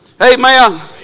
Amen